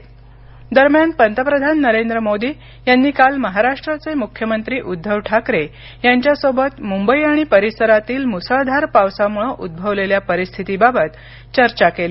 पंतप्रधान ठाकरे दरम्यान पंतप्रधान नरेंद्र मोदी यांनी काल महाराष्ट्राचे मुख्यमंत्री उद्धव ठाकरे यांच्यासोबत मुंबई आणि परिसरातील मुसळधार पावसामुळं उद्भवलेल्या परिस्थितीबाबत चर्चा केली